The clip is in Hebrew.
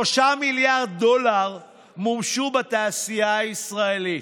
3 מיליארד דולר מומשו בתעשייה הישראלית.